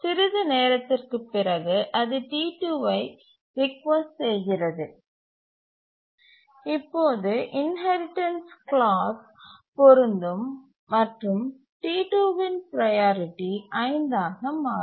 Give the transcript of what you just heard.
சிறிது நேரத்திற்குப் பிறகு அது T2 ஐக் ரிக்வெஸ்ட் செய்கிறது இப்போது இன்ஹெரிடன்ஸ் க்ளாஸ் பொருந்தும் மற்றும் T2 இன் ப்ரையாரிட்டி 5 ஆக மாறும்